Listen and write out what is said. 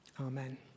amen